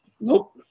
nope